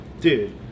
dude